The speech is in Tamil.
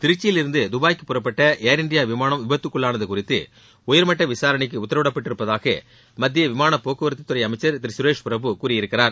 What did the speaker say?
திருச்சியிலிருந்து தபாய்க்கு புறப்பட்ட ஏர் இண்டியா விமானம் விபத்துக்குள்ளானது குறித்து உயர்மட்ட விசாரணைக்கு உத்தரவிடப்பட்டிருப்பதாக மத்திய விமானப் போக்குவரத்து துறை அமைச்சர் திரு சுரேஷ் பிரபு கூறியிருக்கிறார்